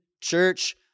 church